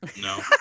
No